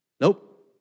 Nope